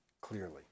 clearly